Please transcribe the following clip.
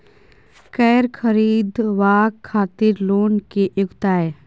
कैर खरीदवाक खातिर लोन के योग्यता?